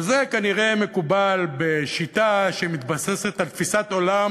אבל זה כנראה מקובל בשיטה שמתבססת על תפיסת עולם